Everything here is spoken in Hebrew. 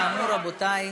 כאמור, רבותי,